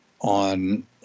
on